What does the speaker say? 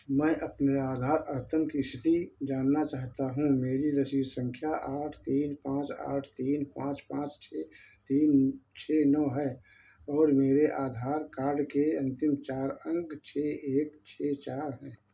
मैं अपने आधार अद्यतन की स्थिति जानना चाहता हूँ मेरी रसीद संख्या आठ तीन पाँच आठ तीन पाँच पाँच छः तीन छः नौ है और मेरे आधार कार्ड के अंतिम चार अंक छः एक छः चार हैं